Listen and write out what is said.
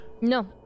No